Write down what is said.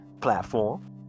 Platform